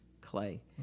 Clay